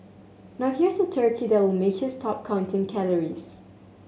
now here's a turkey that will make you stop counting calories